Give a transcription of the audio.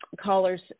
callers